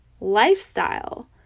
lifestyle